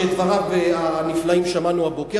שאת דבריו הנפלאים שמענו הבוקר,